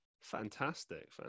fantastic